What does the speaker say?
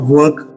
work